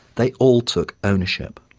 they all took ownership.